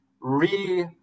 re-